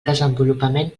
desenvolupament